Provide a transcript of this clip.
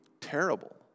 terrible